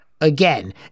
again